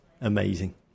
amazing